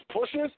pushes